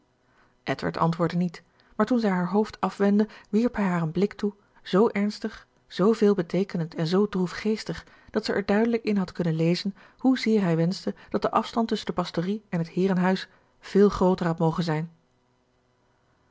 edward antwoordde niet maar toen zij haar hoofd afwendde wierp hij haar een blik toe zoo ernstig zoo veelbeteekenend en zoo droefgeestig dat zij er duidelijk in had kunnen lezen hoezeer hij wenschte dat de afstand tusschen de pastorie en het heerenhuis veel grooter had mogen zijn